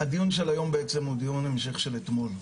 הדיון של היום הוא בעצם דיון המשך של אתמול.